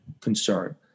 concern